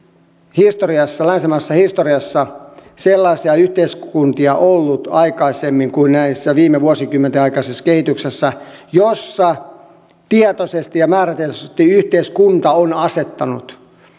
historiassa länsimaisessa historiassa sellaisia yhteiskuntia aikaisemmin kuin tässä viime vuosikymmenten aikaisessa kehityksessä jossa tietoisesti ja määrätietoisesti yhteiskunta on asettanut